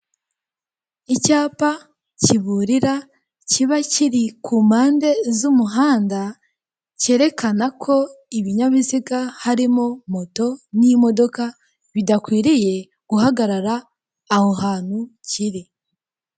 Icyapa kiburira kiba kiri kumpande z'umuhanda cyerekanako, ibinyabiziga harimo moto n'imodoka, bidakwiriye guhagagar' aho hantu kiri.